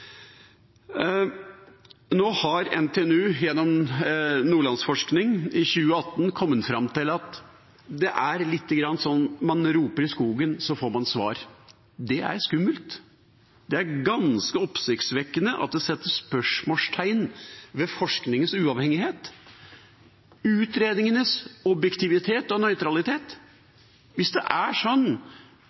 Nå har NTNU gjennom Nordlandsforskning i 2018 kommet fram til at det er litt sånn at som man roper i skogen får man svar. Det er skummelt. Det er ganske oppsiktsvekkende at det settes spørsmålstegn ved forskningens uavhengighet og utredningenes objektivitet og nøytralitet. Hvis det er sånn